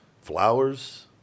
flowers